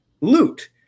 loot